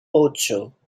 ocho